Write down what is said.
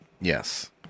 yes